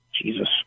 Jesus